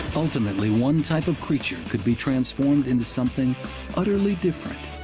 ultimately one type of creature could be transformed into something utterly different.